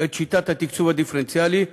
את שיטת התקצוב הדיפרנציאלי,